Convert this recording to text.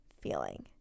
feeling